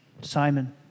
Simon